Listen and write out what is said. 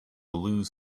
blue